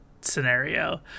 scenario